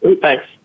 Thanks